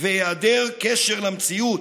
והיעדר קשר למציאות.